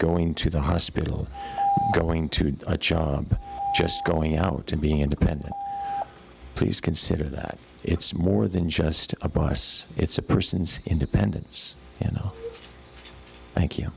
going to the hospital going to just going out to be independent please consider that it's more than just a bus it's a person's independence you know thank you